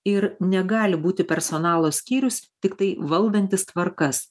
ir negali būti personalo skyrius tiktai valdantis tvarkas